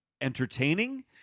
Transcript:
entertaining